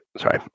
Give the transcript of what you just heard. Sorry